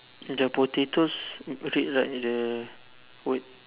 the potatoes okay like the white